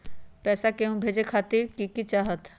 पैसा के हु के भेजे खातीर की की चाहत?